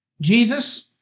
Jesus